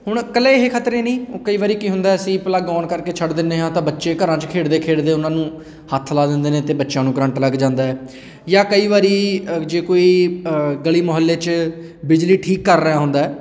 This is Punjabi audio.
ਹੁਣ ਇਕੱਲੇ ਇਹ ਖਤਰੇ ਨਹੀਂ ਉਹ ਕਈ ਵਾਰੀ ਕੀ ਹੁੰਦਾ ਅਸੀਂ ਪਲੱਗ ਔਨ ਕਰਕੇ ਛੱਡ ਦਿੰਦੇ ਹਾਂ ਤਾਂ ਬੱਚੇ ਘਰਾਂ 'ਚ ਖੇਡਦੇ ਖੇਡਦੇ ਉਹਨਾਂ ਨੂੰ ਹੱਥ ਲਾ ਦਿੰਦੇ ਨੇ ਅਤੇ ਬੱਚਿਆਂ ਨੂੰ ਕਰੰਟ ਲੱਗ ਜਾਂਦਾ ਜਾਂ ਕਈ ਵਾਰੀ ਜੇ ਕੋਈ ਗਲੀ ਮੁਹੱਲੇ 'ਚ ਬਿਜਲੀ ਠੀਕ ਕਰ ਰਿਹਾ ਹੁੰਦਾ